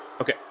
Okay